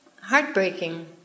heartbreaking